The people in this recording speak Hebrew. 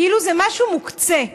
כאילו זה משהו מוקצה.